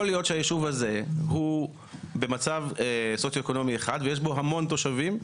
יכול להיות שהישוב הזה הוא במצב סוציואקונומי אחד ויש בו המון תושבים,